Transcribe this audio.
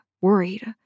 worried